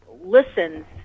listens